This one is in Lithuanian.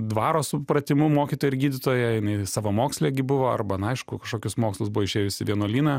dvaro supratimu mokytoja ir gydytoja jinai savamokslė gi buvo arba na aišku kažkokius mokslus buvo išėjus į vienuolyną